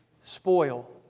spoil